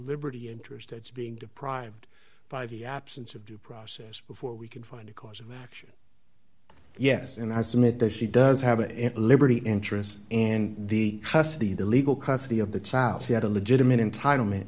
liberty interest it's being deprived by the absence of due process before we can find a cause of action yes and i submit that she does have it at liberty interest and the custody the legal custody of the child she had a legitimate entitle me